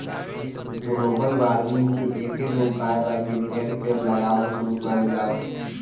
global warming के एकेगो उपाय बा की ढेरे पेड़ लगावल शुरू कइल जाव